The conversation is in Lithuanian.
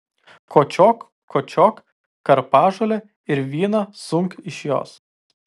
kočiok kočiok karpažolę ir vyną sunk iš jos